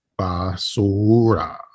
Basura